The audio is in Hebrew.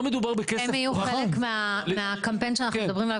הם יהיו חלק מהקמפיין שלנו שאנחנו מדברים עליו,